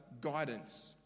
guidance